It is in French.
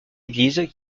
église